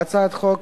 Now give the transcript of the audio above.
בהצעת החוק